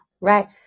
Right